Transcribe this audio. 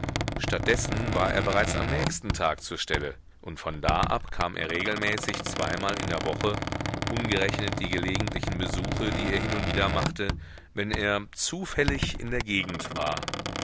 dessen war er bereits am nächsten tag zur stelle und von da ab kam er regelmäßig zweimal in der woche ungerechnet die gelegentlichen besuche die er hin und wieder machte wenn er zufällig in der gegend war